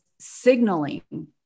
signaling